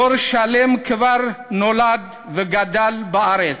דור שלם כבר נולד וגדל בארץ.